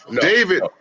David